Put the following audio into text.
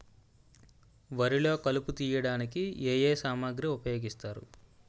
వరిలో కలుపు తియ్యడానికి ఏ ఏ సామాగ్రి ఉపయోగిస్తారు?